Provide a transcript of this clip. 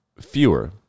fewer